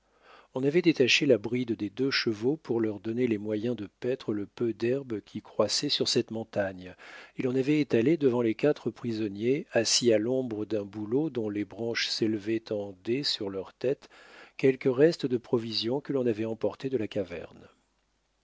on avait détaché la bride des deux chevaux pour leur donner les moyens de paître le peu d'herbe qui croissait sur cette montagne et l'on avait étalé devant les quatre prisonniers assis à l'ombre d'un bouleau dont les branches s'élevaient en dais sur leurs têtes quelques restes de provisions que l'on avait emportés de la caverne